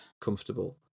comfortable